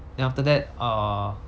then after that err